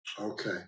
Okay